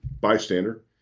bystander